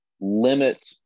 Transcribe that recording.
limit